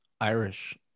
Irish